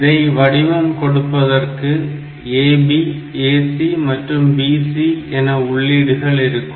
இதை வடிவம் கொடுப்பதற்கு AB AC மற்றும் BC என உள்ளீடுகள் இருக்கும்